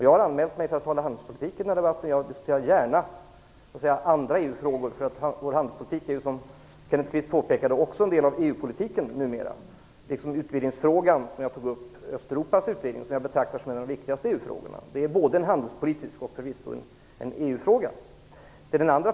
Jag har anmält mig för att tala om handelspolitik i denna debatt, och jag diskuterar gärna också "andra EU-frågor" - vår handelspolitik är ju, som Kenneth Kvist påpekade, numera även en del av EU-politiken. På samma sätt är utvidgningsfrågan, där jag tog upp Östeuropautvidgningen, som jag betraktar som ett av de viktigaste EU-spörsmålen, både en handelspolitisk fråga och förvisso också en EU-fråga.